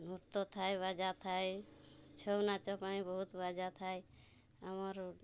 ନୃତ୍ୟ ଥାଏ ବାଜା ଥାଏ ଛଉ ନାଚ ପାଇଁ ବହୁତ ବାଜା ଥାଏ ଆମର୍